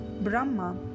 Brahma